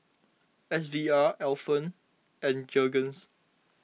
S V R Alpen and Jergens